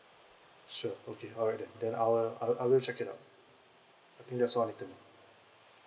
sure okay alright then then I'll I will check it out I think that's all I need to know